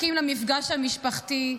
מחכים למפגש המשפחתי,